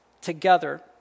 together